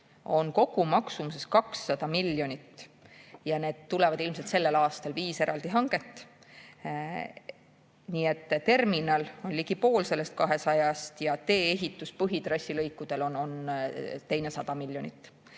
on kogumaksumusega 200 miljonit ja need tulevad ilmselt sel aastal, viis eraldi hanget. Nii et terminal on ligi pool sellest 200‑st ja tee-ehitus põhitrassi lõikudel on teine 100 miljonit.